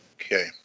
Okay